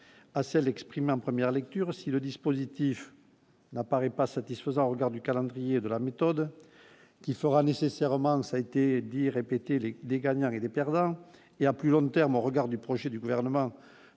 à celle exprimée en première lecture, si le dispositif n'apparaît pas satisfaisant regard du calendrier de la méthode qu'il faudra nécessairement ça été dit, répété les des gagnants et des perdants et à plus long terme, au regard du projet du gouvernement